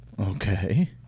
okay